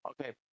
Okay